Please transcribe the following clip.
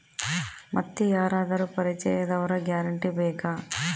ಮತ್ತೆ ಯಾರಾದರೂ ಪರಿಚಯದವರ ಗ್ಯಾರಂಟಿ ಬೇಕಾ?